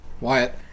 Wyatt